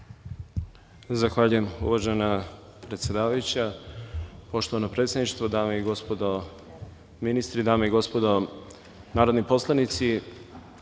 Zahvaljujem, uvažena predsedavajuća. Poštovano predsedništvo, dame i gospodo ministri, dame i gospodo narodni poslanici,